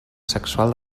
sexual